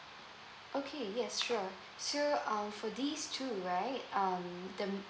okay yes sure so um for these two right um the